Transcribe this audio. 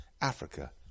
Africa